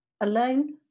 alone